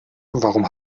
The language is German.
warum